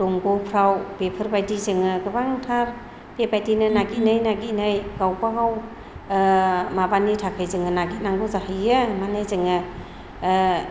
दंग'फ्राव बेफोरबायदि जोङो गोबांथार बेबायदिनो नागिथनै नागिथनै गावबागाव माबानि थाखाय जोङो नागिथनांगौ जाहैयो मानि जोङो